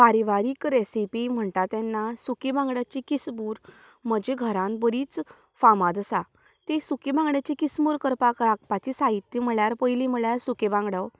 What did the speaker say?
पारिवारीक recipe म्हणटा तेन्ना सुकी बांगड्यांची किसमूर म्हजे घरांत बरीच फामाद आसा ती सुकी बांगड्यांची किसमूर करपाक लागपाचें साहित्य म्हळ्यार पयली म्हळ्यार सुके बांगडो